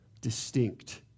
distinct